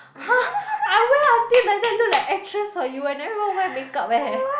!huh! I wear until like that look like actress for you and I never even wear makeup eh